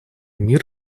мира